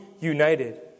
united